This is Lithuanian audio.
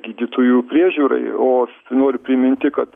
gydytojų priežiūrai o aš noriu priminti kad